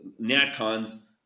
natcons